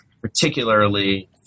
particularly